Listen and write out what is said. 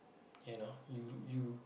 you know you you